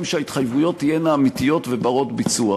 שההתחייבויות תהיינה אמיתיות ובנות-ביצוע.